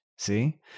See